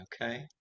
okay